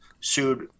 sued